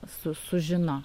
su sužino